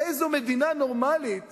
איזו מדינה נורמלית